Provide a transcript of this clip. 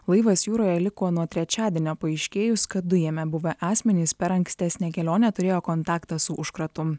laivas jūroje liko nuo trečiadienio paaiškėjus kad du jame buvę asmenys per ankstesnę kelionę turėjo kontaktą su užkratu